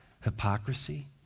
hypocrisy